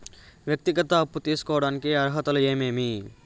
వ్యక్తిగత అప్పు తీసుకోడానికి అర్హతలు ఏమేమి